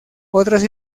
otras